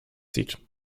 zieht